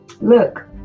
Look